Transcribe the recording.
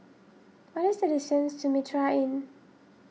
what is the distance to Mitraa Inn